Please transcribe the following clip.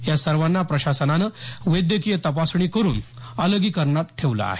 या सर्वांना प्रशासनानं वैद्यकीय तपासणी करून अलगीकरणात ठेवलं आहे